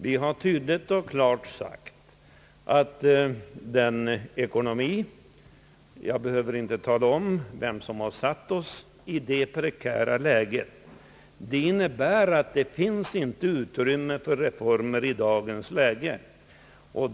Vi har tydligt och klart sagt att vårt lands ekonomi är sådan — jag behöver inte tala om vem som satt oss i det prekära läget — att det inte finns utrymme för reformer i dagens läge.